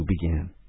began